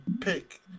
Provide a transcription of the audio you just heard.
pick